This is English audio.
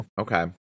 Okay